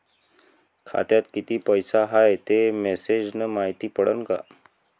खात्यात किती पैसा हाय ते मेसेज न मायती पडन का?